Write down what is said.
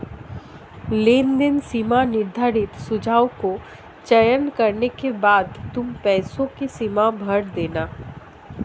लेनदेन सीमा निर्धारित सुझाव को चयन करने के बाद तुम पैसों की सीमा भर देना